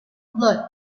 blood